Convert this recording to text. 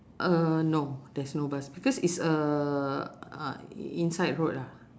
uh no there's no bus because it's a uh inside road ah